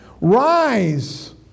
Rise